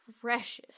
precious